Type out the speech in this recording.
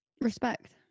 respect